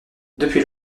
depuis